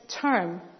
term